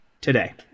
today